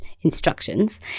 instructions